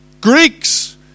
Greeks